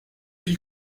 pis